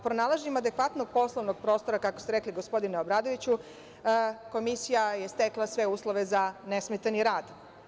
Pronalaženje adekvatnog poslovnog prostora, kako ste rekli gospodine Obradoviću, Komisija je stekla sve uslove za nesmetani rad.